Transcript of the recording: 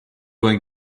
going